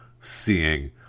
seeing